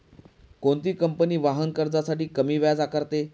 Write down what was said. कोणती कंपनी वाहन कर्जासाठी कमी व्याज आकारते?